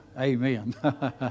amen